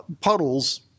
puddles